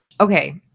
Okay